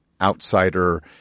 outsider